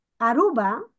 Aruba